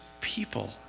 people